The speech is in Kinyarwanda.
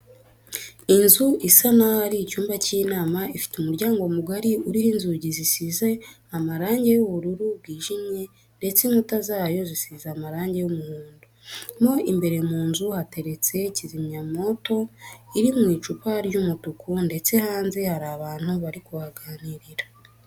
Inzu isa n'aho ari icyumba cy'inama ifite umuryango mugari, uriho inzugi zisize amarange y'ubururu bwijimye ndetse inkuta zayo zisize amarange y'umuhondo. Mo imbere mu nzu hateretse kizimyamwoto iri mu icupa ry'umutuku ndetse hanze hari abantu bari kuhaganirira.